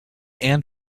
and